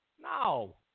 No